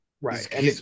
Right